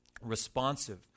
responsive